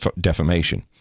defamation